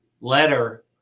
letter